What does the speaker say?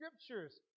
scriptures